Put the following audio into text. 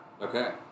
Okay